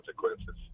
consequences